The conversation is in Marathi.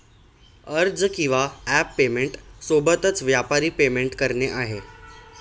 अर्ज किंवा ॲप पेमेंट सोबतच, व्यापारी पेमेंट करणे आहे